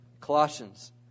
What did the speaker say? Colossians